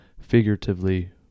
figuratively